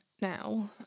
now